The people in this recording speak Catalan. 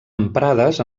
emprades